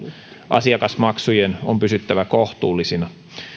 asiakasmaksujen on pysyttävä kohtuullisina